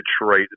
Detroit